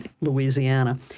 Louisiana